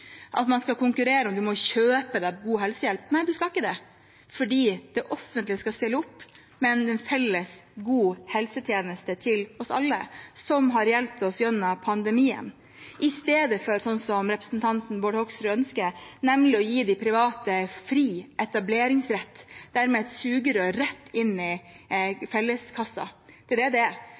at man skal konkurrere, og man må kjøpe seg god helsehjelp. Nei, man skal ikke det, for det offentlige skal stille opp med en felles, god helsetjeneste til oss alle, som har hjulpet oss gjennom pandemien, i stedet for, sånn som representanten Bård Hoksrud ønsker, at man gir de private fri etableringsrett og dermed et sugerør rett inn i felleskassa. Det er det det